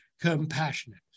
compassionate